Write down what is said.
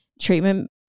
treatment